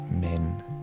men